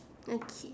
okay